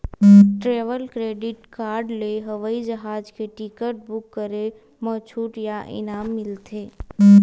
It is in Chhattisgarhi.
ट्रेवल क्रेडिट कारड ले हवई जहाज के टिकट बूक करे म छूट या इनाम मिलथे